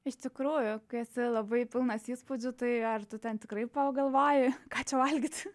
iš tikrųjų kai esi labai pilnas įspūdžių tai ar tu ten tikrai pagalvoji ką čia valgyt